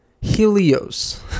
Helios